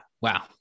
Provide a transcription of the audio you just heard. wow